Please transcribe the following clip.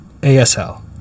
ASL